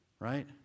Right